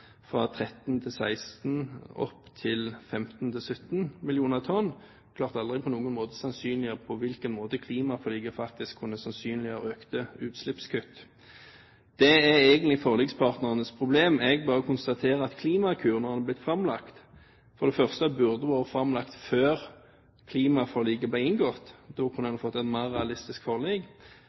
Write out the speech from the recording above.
fra 13–16 mill. tonn til 15–17 mill. tonn. De klarte aldri på noen måte å sannsynliggjøre hvordan klimaforliket faktisk kunne sannsynliggjøre økte utslippskutt. Det er egentlig forlikspartnernes problem. Jeg bare konstaterer at Klimakur, da den ble framlagt, for det første burde ha vært framlagt før klimaforliket ble inngått – da kunne en ha fått et mer realistisk forlik